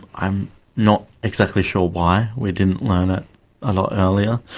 i'm not exactly sure why we didn't learn it a lot earlier.